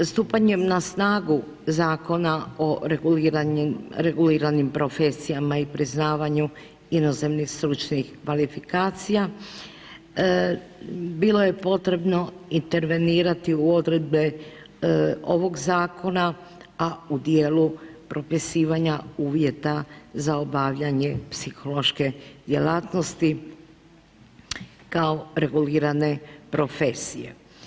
Stupanjem na snagu Zakona o reguliranim profesijama i priznavanju inozemnih stručnih kvalifikacija, bilo je potrebno intervenirati u odredbe ovog zakona, a u dijelu propisivanja uvjeta za obavljanje psihološke djelatnosti, kao regulirane profesije.